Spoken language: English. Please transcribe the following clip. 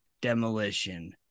Demolition